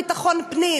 המשרד לביטחון פנים,